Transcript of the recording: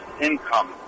income